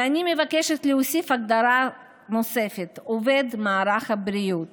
ואני מבקשת להוסיף הגדרה שתכליל כעובדי מערך הבריאות